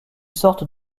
sorte